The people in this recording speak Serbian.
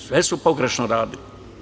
Sve su pogrešno radili.